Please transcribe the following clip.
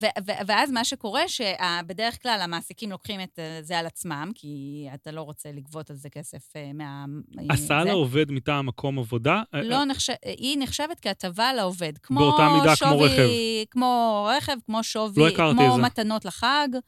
ואז מה שקורה, שבדרך כלל המעסיקים לוקחים את זה על עצמם, כי אתה לא רוצה לגבות על זה כסף מה... הסל העובד מטה מקום עבודה. לא, היא נחשבת כהטבה העובד. באותה מידה כמו רכב. כמו רכב, כמו שווי, כמו מתנות לחג. לא הכרתי את זה.